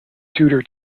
tudor